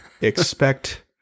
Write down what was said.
expect